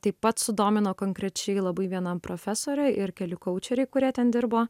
taip pat sudomino konkrečiai labai viena profesorė ir keli kaučeriai kurie ten dirbo